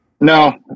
No